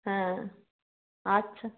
হ্যাঁ আচ্ছা